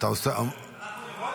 רון